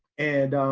and